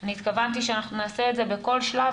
אני התכוונתי שאנחנו נעשה את זה בכל שלב,